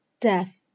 death